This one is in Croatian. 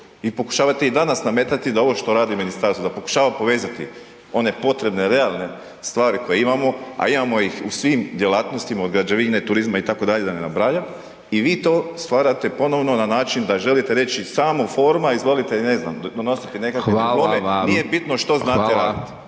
I pokušavate i danas nametati da ovo što radi ministarstvo, da pokušava povezati one potrebne, realne stvari koje imamo, a imamo ih u svim djelatnostima, od građevine, turizma, itd., da ne nabrajam i vi to stvarate ponovno na način da želite reći samo forma izvolite i ne znam, donosite .../Upadica: Hvala vam./... nije bitno što znate raditi,